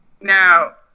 Now